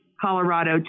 Colorado